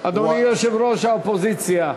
אדוני יושב-ראש האופוזיציה,